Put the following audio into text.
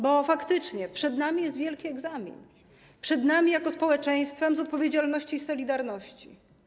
Bo faktycznie przed nami jest wielki egzamin, przed nami jako społeczeństwem - z odpowiedzialności i solidarności.